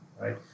right